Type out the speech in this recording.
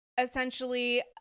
essentially